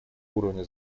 уровня